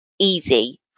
Easy